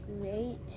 great